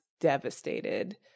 devastated